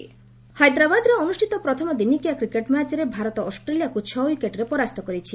cricket ହାଇଦ୍ରାବାଦରେ ଅନୁଷ୍ଠିତ ପ୍ରଥମ ଦିନିକିଆ କ୍ରିକେଟ୍ ମ୍ୟାଚ୍ରେ ଭାରତ ଅଷ୍ଟ୍ରେଲିଆକୁ ଛଅ ୱିକେଟ୍ରେ ପରାସ୍ତ କରିଛି